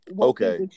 Okay